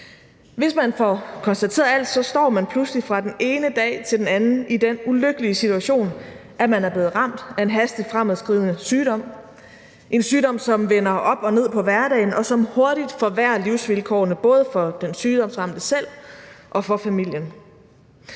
Hvis man får konstateret als, står man pludselig fra den ene dag til den anden i den ulykkelige situation, at man er blevet ramt af en hastigt fremadskridende sygdom, som vender op og ned på hverdagen, og som hurtigt forværrer livsvilkårene, både for den sygdomsramte selv og for familien.